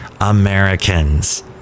Americans